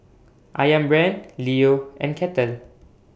Ayam Brand Leo and Kettle